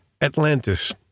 Atlantis